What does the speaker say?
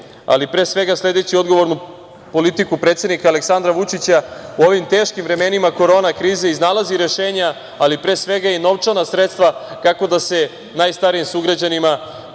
ali pre svega sledeći odgovornu politiku predsednika Aleksandra Vučića u ovim teškim vremenima korona krize iznalazi rešenja, ali pre svega i novčana sredstva kako da se najstarijim sugrađanima